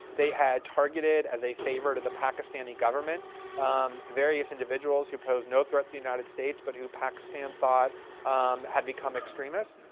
they had targeted as a favor to the pakistani government various individuals who posed no threat to the united states, but who pakistan thought had become extremists.